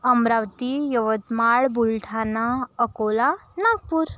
Amravati Yavatmal Buldhana Akola Nagpur